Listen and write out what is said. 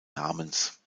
namens